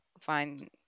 find